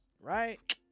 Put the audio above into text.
Right